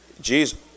Jesus